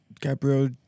Gabriel